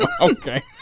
Okay